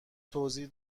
توضیح